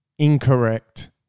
incorrect